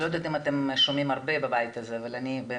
אני לא יודעת אם אתם שומעים את זה הרבה בבית הזה